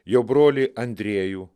jo brolį andriejų